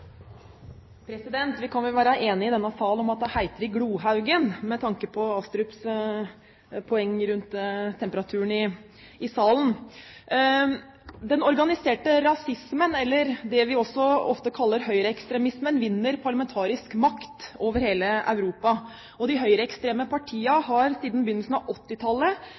i glohaugen, med tanke på Astrups poeng rundt temperaturen i salen. Den organiserte rasismen, eller det vi også ofte kaller høyreekstremismen, vinner parlamentarisk makt over hele Europa. De høyreekstreme partiene har siden begynnelsen av